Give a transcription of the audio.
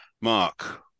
Mark